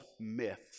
myths